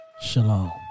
shalom